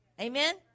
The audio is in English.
Amen